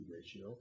ratio